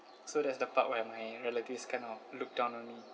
so that's the part where my relatives kind of look down on me